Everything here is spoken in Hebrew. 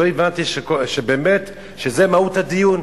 לא הבנתי באמת שזה מהות הדיון.